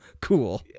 Cool